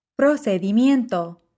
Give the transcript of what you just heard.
Procedimiento